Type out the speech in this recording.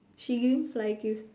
she giving flying kiss